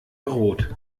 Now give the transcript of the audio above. rot